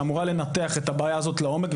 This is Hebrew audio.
שאמורה לנתח את הבעיה הזאת לעומק,